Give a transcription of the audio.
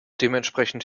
dementsprechend